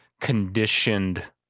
conditioned